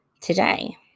today